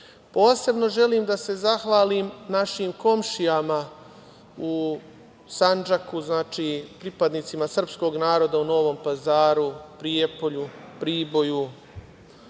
naroda. Posebno želim da se zahvalim našim komšijama u Sandžaku, pripadnicima srpskog naroda u Novom Pazaru, Prijepolju, Priboju,